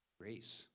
Grace